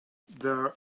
there